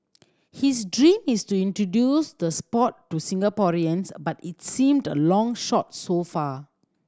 his dream is to introduce the sport to Singaporeans but it seemed a long shot so far